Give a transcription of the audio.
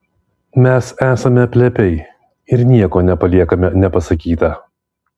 mes esame plepiai ir nieko nepaliekame nepasakyta